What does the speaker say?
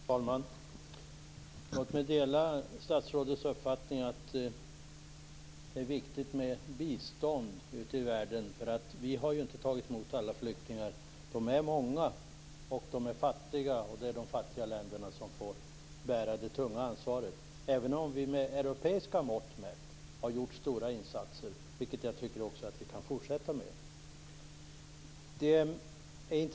Herr talman! Jag delar statsrådets uppfattning att det är viktigt med bistånd ute i världen. Vi har inte tagit emot alla flyktingar. De är många, de är fattiga, och det är de fattiga länderna som får bära det tunga ansvaret. Vi har ändå med europeiska mått mätt gjort stora insatser, vilket jag tycker att vi kan fortsätta med.